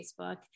Facebook